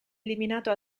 eliminato